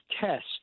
test